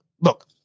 look